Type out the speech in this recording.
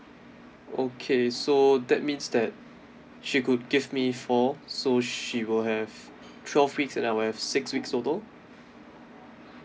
okay so that means that she could give me four so she will have twelve weeks and I will have six weeks total